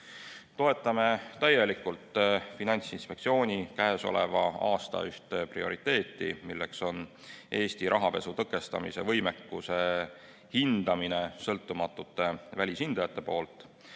täielikult Finantsinspektsiooni käesoleva aasta ühte prioriteeti, milleks on Eesti rahapesu tõkestamise võimekuse hindamine sõltumatute välishindajate poolt.